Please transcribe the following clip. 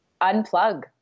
unplug